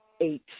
eight